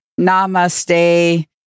namaste